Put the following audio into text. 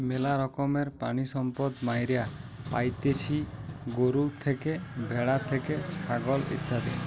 ম্যালা রকমের প্রাণিসম্পদ মাইরা পাইতেছি গরু থেকে, ভ্যাড়া থেকে, ছাগল ইত্যাদি